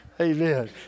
Amen